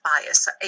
bias